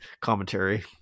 commentary